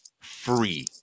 free